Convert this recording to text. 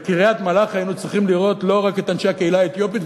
ובקריית-מלאכי היינו צריכים לראות לא רק את אנשי הקהילה האתיופית,